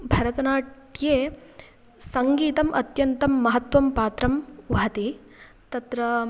भरतनाट्ये सङ्गीतम् अत्यन्तं महत्वं पात्रं वहति तत्र